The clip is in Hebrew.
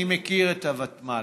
אני מכיר את הוותמ"ל,